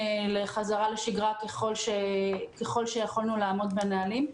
לחזרה לשגרה ככל שיכולנו לעמוד בנהלים.